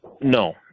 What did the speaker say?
no